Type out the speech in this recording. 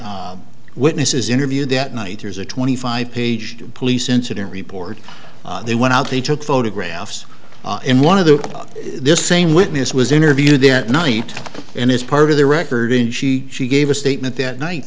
had witnesses interviewed that night here's a twenty five page police incident report they went out they took photographs in one of the this same witness was interviewed that night and it's part of the record in she she gave a statement that night